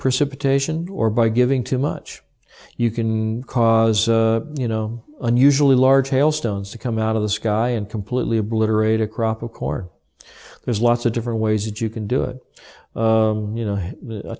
precipitation or by giving too much you can cause you know unusually large hail stones to come out of the sky and completely obliterate a crop of core there's lots of different ways you can do it you know